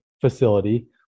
facility